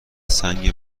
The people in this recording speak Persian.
سنگ